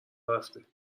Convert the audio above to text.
رفته